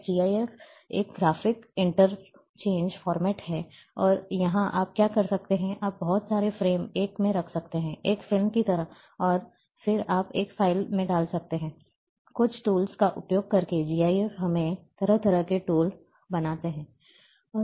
अब GIF एक graphic interchange format है और यहां आप क्या कर सकते हैं आप बहुत सारे फ्रेम एक में रख सकते हैं एक फिल्म की तरह और फिर आप एक फाइल में डालते हैं कुछ टूल्स का उपयोग करके GIF हमें तरह तरह के टूल बनाते हैं